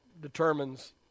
determines